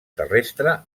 terrestre